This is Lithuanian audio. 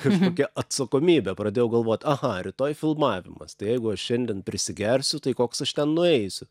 kažkokia atsakomybė pradėjau galvot aha rytoj filmavimas tai jeigu aš šiandien prisigersiu tai koks aš ten nueisiu